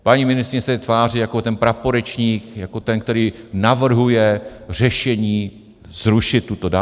Paní ministryně se teď tváří jako ten praporečník, jako ten, který navrhuje řešení zrušit tuto daň.